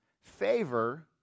favor